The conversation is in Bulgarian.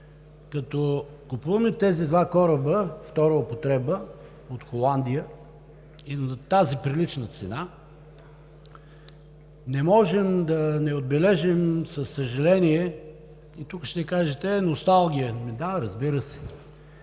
като купуваме тези два кораба – втора употреба, от Холандия на тази прилична цена не можем да не отбележим със съжаление, и тук ще кажете: е, носталгия. Да, разбира се.